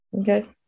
Okay